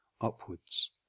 upwards